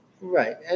Right